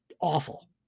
awful